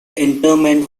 interment